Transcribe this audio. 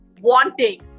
wanting